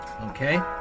okay